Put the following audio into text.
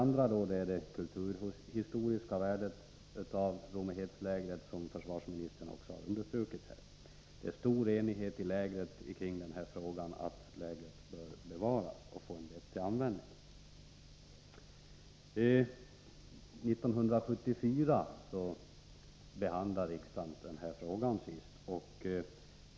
Vidare har vi det kulturhistoriska värdet av Rommehedslägret, som försvarsministern också understrukit här. Det är stor enighet om att lägret bör bevaras och komma till användning. Riksdagen behandlade denna fråga senast 1974.